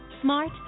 Smart